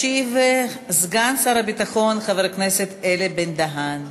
ישיב סגן שר הביטחון חבר הכנסת אלי בן-דהן.